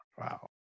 wow